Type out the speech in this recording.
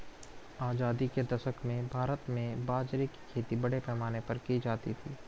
आजादी के दशक में भारत में बाजरे की खेती बड़े पैमाने पर की जाती थी